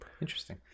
Interesting